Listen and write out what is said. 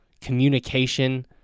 communication